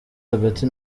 hagati